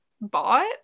bought